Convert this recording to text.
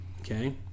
okay